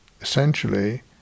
essentially